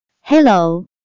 Hello